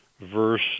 verse